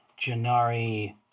Janari